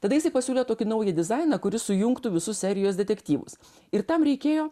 tada jisai pasiūlė tokį naują dizainą kuris sujungtų visus serijos detektyvus ir tam reikėjo